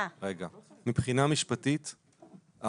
מבחינה משפטית,